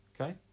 okay